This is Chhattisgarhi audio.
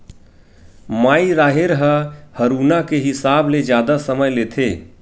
माई राहेर ह हरूना के हिसाब ले जादा समय लेथे